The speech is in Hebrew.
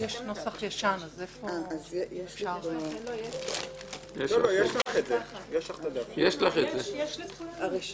אפשר לשאול על עוד דברים אבל אלה הדברים שנאמרים מראש